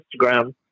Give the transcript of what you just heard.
Instagram